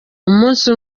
umunsi